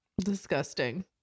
disgusting